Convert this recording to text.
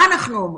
מה אנחנו אומרים?